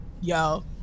yo